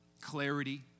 clarity